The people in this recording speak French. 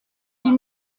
dix